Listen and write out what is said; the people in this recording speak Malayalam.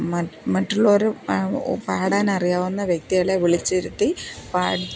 മ മറ്റുള്ളവര് പാടാൻ അറിയാവുന്ന വ്യക്തികളെ വിളിച്ചിരുത്തി പാടിച്ച്